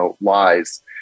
lies